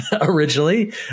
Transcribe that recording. originally